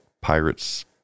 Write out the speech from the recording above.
pirates